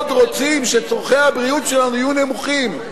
רוצים שצורכי הבריאות שלנו יהיו נמוכים,